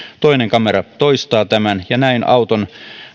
toinen kamera toistaa tämän ja näin auton